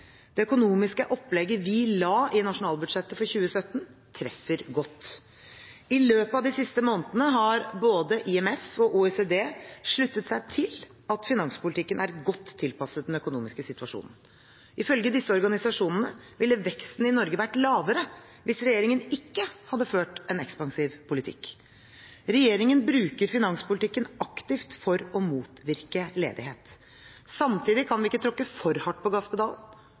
Det økonomiske opplegget vi la i nasjonalbudsjettet for 2017, treffer godt. I løpet av de siste månedene har både IMF og OECD sluttet seg til at finanspolitikken er godt tilpasset den økonomiske situasjonen. Ifølge disse organisasjonene ville veksten i Norge vært lavere hvis regjeringen ikke hadde ført en ekspansiv politikk. Regjeringen bruker finanspolitikken aktivt for å motvirke ledighet. Samtidig kan vi ikke tråkke for hardt på gasspedalen